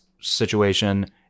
situation